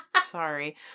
Sorry